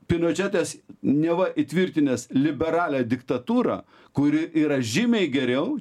pinočetas neva įtvirtinęs liberalią diktatūrą kuri yra žymiai geriau